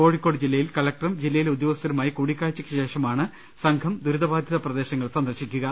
കോഴിക്കോട് ജില്ലയിൽ കലക്ടറും ജില്ലയിലെ ഉദ്യോ ഗസ്ഥരുമായി കൂടിക്കാഴ്ചക്ക് ശേഷമാണ് സംഘം ദുരിത ബാധിത പ്രദേശങ്ങൾ സന്ദർശിക്കുക